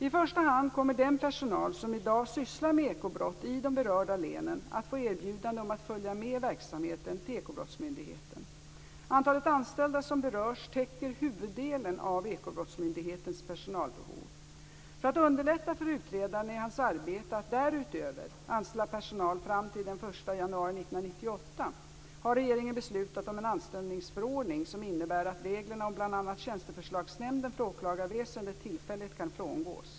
I första hand kommer den personal som i dag sysslar med ekobrott i de berörda länen att få erbjudande om att följa med verksamheten till Ekobrottsmyndigheten. Antalet anställda som berörs täcker huvuddelen av Ekobrottsmyndighetens personalbehov. För att underlätta för utredaren i hans arbete att därutöver anställa personal fram till den 1 januari 1998 har regeringen beslutat om en anställningsförordning som innebär att reglerna om bl.a. Tjänsteförslagsnämnden för åklagarväsendet tillfälligt kan frångås.